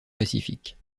pacifiques